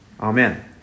Amen